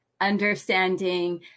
understanding